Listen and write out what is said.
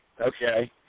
Okay